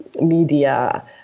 media